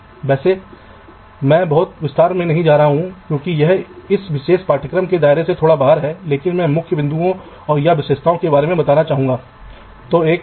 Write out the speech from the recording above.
तो एक परत पर आप VDD और ग्राउंड कनेक्शन को लंबवत और दूसरी धातु की परत में चला रहे होंगे